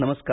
नमस्कार